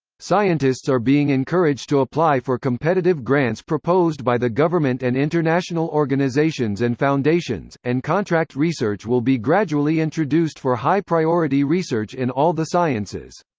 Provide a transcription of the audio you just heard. scientists are being encouraged to apply for competitive grants proposed by the government and international organizations and foundations, and contract research will be gradually introduced for high-priority research in all the sciences.